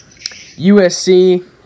USC